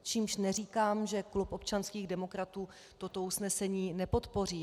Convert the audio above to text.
Čímž neříkám, že klub občanských demokratů toto usnesení nepodpoří.